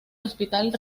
hospital